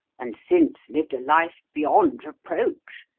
and since lived a life beyond reproach?